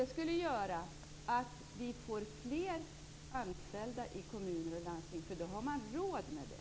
Det skulle göra att vi får fler anställda i kommuner och landsting, eftersom man då har råd med det.